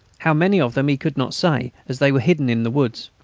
how many of them he could not say, as they were hidden in the woods.